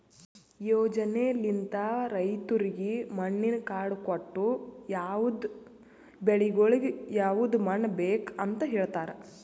ಯೋಜನೆಲಿಂತ್ ರೈತುರಿಗ್ ಮಣ್ಣಿನ ಕಾರ್ಡ್ ಕೊಟ್ಟು ಯವದ್ ಬೆಳಿಗೊಳಿಗ್ ಯವದ್ ಮಣ್ಣ ಬೇಕ್ ಅಂತ್ ಹೇಳತಾರ್